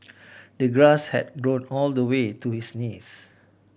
the grass had grown all the way to his knees